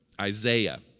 Isaiah